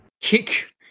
Kick